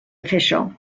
official